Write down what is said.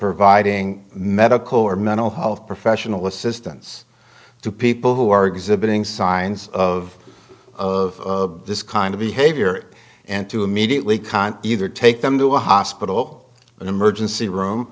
providing medical or mental health professional assistance to people who are exhibiting signs of of this kind of behavior and to immediately conti either take them to a hospital emergency room